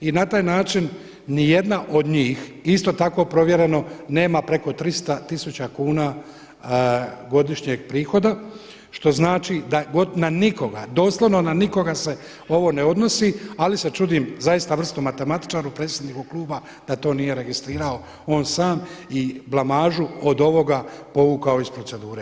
I na taj način niti jedna od njih, isto tako provjereno nema preko 300 tisuća kuna godišnjeg prihoda što znači da na nikoga, doslovno na nikoga se ovo ne odnosi ali se čudim zaista vrsnom matematičaru, predsjedniku kluba da to nije registrirao on sam i blamažu od ovoga povukao iz procedure.